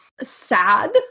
Sad